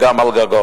וגם על גגות.